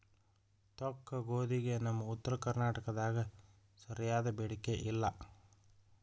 ತೊಕ್ಕಗೋಧಿಗೆ ನಮ್ಮ ಉತ್ತರ ಕರ್ನಾಟಕದಾಗ ಸರಿಯಾದ ಬೇಡಿಕೆ ಇಲ್ಲಾ